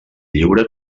lliure